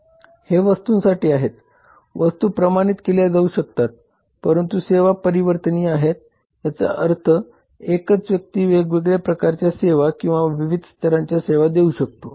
हे वस्तूंसाठी आहेत वस्तू प्रमाणित केल्या जाऊ शकतात परंतु सेवा परिवर्तनीय आहेत याचा अर्थ एकच व्यक्ती वेगवेगळ्या प्रकारच्या सेवा किंवा विविध स्तरांच्या सेवा देऊ शकतो